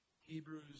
Hebrews